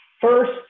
first